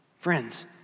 Friends